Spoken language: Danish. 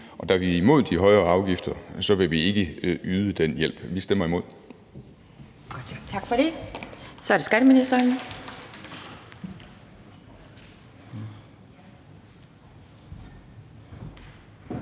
og da vi er imod de højere afgifter, vil vi ikke yde den hjælp. Vi stemmer imod.